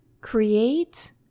create